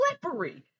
slippery